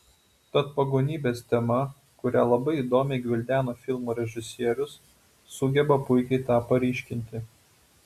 tad pagonybės tema kurią labai įdomiai gvildena filmo režisierius sugeba puikiai tą paryškinti